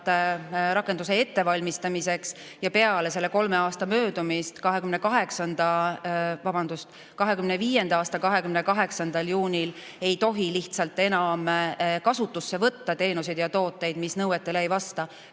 rakenduse ettevalmistamiseks ja peale selle kolme aasta möödumist, 2025. aasta 28. juunil ei tohi lihtsalt enam kasutusse võtta teenuseid ja tooteid, mis nõuetele ei vasta.